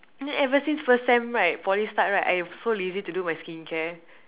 then ever since first sem right Poly start right I'm so lazy to do my skincare